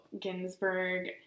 Ginsburg